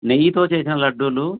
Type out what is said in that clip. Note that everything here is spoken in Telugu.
నెయ్యితో చేసిన లడ్లు